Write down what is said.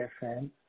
different